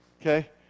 Okay